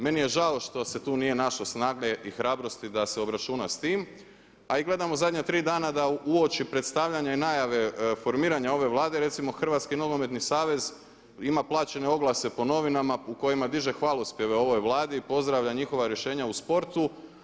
Meni je žao što se tu nije našlo snage i hrabrosti da se obračuna s time a i gledamo zadnja tri dana da uoči predstavljanja i najave formiranja ove Vlade recimo Hrvatski nogometni savez ima plaćene oglase po novinama u kojima diže hvalospjeve ovoj Vladi i pozdravlja njihova rješenja u sportu.